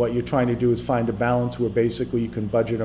what you're trying to do is find a balance where basically you can budget